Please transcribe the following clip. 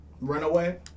Runaway